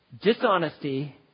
dishonesty